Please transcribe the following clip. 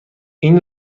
این